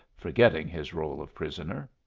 forgetting his role of prisoner.